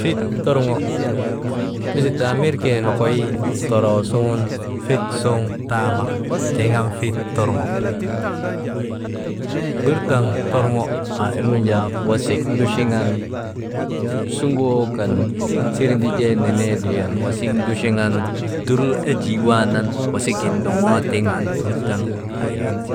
Fit torŋo misil daamirgee nokoy toroo suŋ fit suŋ taama, tiŋ an fit torŋo. Dur daŋ torŋo aa irnu jaa wasik nduchuan suŋoo kan sirndijee nenee ndriyan wasik ndusuŋan dur nu enjii waanan wasigin ndoŋoo tiŋ an dur daŋ aa irin ti,